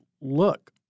look